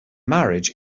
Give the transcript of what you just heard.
marriage